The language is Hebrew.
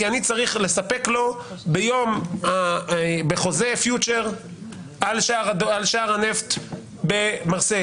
כי אני צריך לספק לו בחוזה פיוצ'ר על שער הנפט במרסיי.